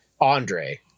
Andre